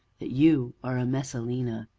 that you are a messalina,